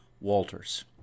Walters